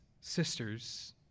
sisters